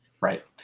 Right